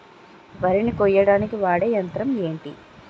వరి ని కోయడానికి వాడే యంత్రం ఏంటి?